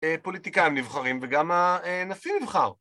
פוליטיקאים נבחרים וגם הנשיא נבחר